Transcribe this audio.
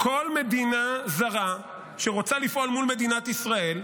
כל מדינה זרה שרוצה לפעול מול מדינת ישראל.